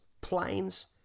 planes